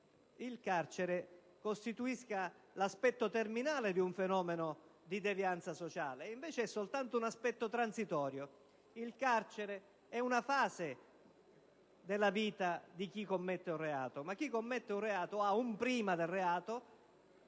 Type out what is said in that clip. il carcere costituisca l'aspetto terminale di un fenomeno di devianza sociale; invece è solo un aspetto transitorio. Il carcere è una fase della vita di chi commette un reato; ma chi commette un reato ha un prima,